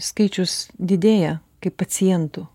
skaičius didėja kaip pacientų